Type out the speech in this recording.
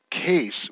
case